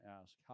ask